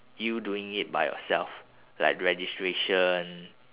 you doing it by yourself like registration